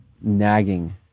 nagging